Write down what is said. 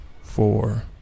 four